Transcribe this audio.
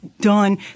done